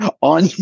On